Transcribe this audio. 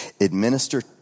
administer